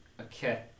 Okay